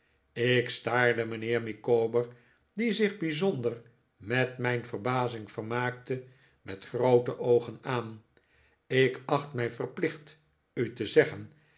ik staarde mijnheer micawber die zich bijzonder met mijn verbazing vermaakte met groote oogen aan ik acht mij verplicht u te zeggen